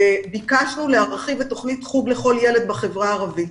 וביקשנו להרחיב את תוכנית חוג לכל ילד בחברה הערבית.